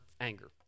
anger